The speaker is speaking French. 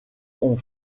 ont